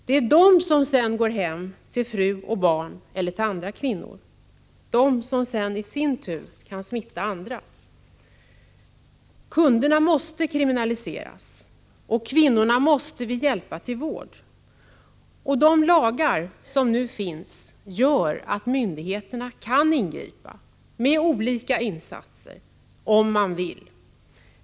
Det är kunderna som sedan går hem till fru och barn eller till andra kvinnor, som i sin tur kan smitta andra. Kunderna måste kriminaliseras. Kvinnorna måste vi hjälpa till vård. De lagar som nu finns gör att myndigheterna kan ingripa för att hjälpa kvinnorna, om man vill.